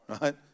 right